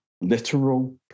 literal